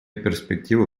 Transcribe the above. перспективы